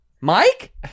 Mike